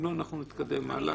אם לא, אנחנו נתקדם הלאה.